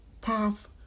path